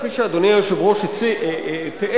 כפי שאדוני היושב-ראש תיאר,